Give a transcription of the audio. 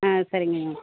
ஆ சரிங்க மேம்